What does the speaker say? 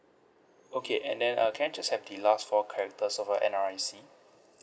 okay and then uh can I just have the last four characters of your N_R_I_C